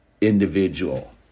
individual